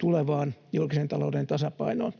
tulevaan julkisen talouden tasapainoon.